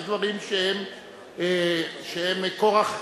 יש דברים שהם כורח,